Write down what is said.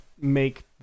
make